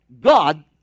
God